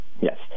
Yes